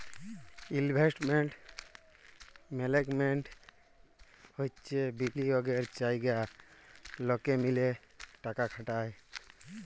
investment management হচ্যে বিলিয়গের জায়গা লকে মিলে টাকা খাটায়